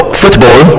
football